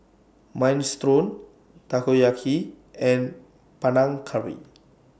Minestrone Takoyaki and Panang Curry